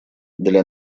для